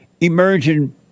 emerging